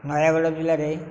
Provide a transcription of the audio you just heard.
ନୟାଗଡ଼ ଜିଲ୍ଲାରେ